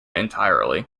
entirely